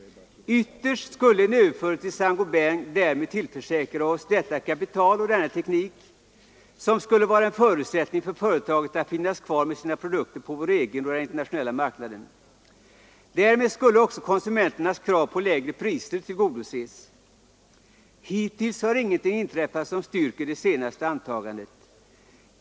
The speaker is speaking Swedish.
Ytterst skulle en överföring till Saint Gobain därmed tillförsäkra oss detta kapital och denna teknik, som skulle vara en förutsättning för företaget att finnas kvar med sina produkter på vår egen marknad och på den internationella marknaden. Därmed skulle också konsumenternas krav på lägre priser tillgodoses. Hittills har ingenting inträffat som styrker det senaste antagandet.